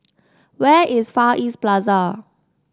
where is Far East Plaza